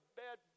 bed